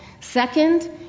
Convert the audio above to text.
Second